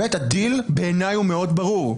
הדיל בעיניי הוא מאוד ברור.